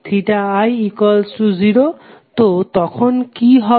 তো তখন কি হবে